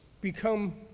become